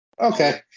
Okay